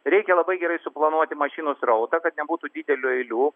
reikia labai gerai suplanuoti mašinų srautą kad nebūtų didelių eilių